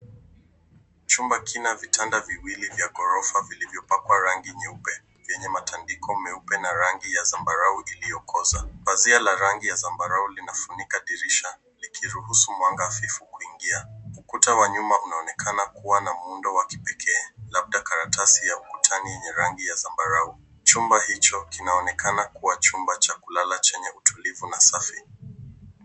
Chumba kina vitanda viwili vya ghorofa vilivyopangwa rangi nyeupe vyenye matandiko meupe na rangi ya zambarau Iliyokoza. Pazia la rangi ya zambarau linafunika dirisha likiruhusu mwanga hafifu kuingia . Ukuta wa nyuma unaonekana kuwa na muundo wa kipekee. Chumba hicho kinaonekana chumba cha kulala chenye utulivu na safi.